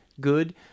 good